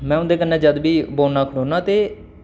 में उं'दे कन्नै जद् बी बौह्न्ना खड़ोन्ना ते